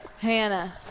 Hannah